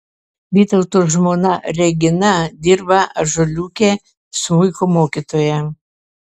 vytauto žmona regina dirba ąžuoliuke smuiko mokytoja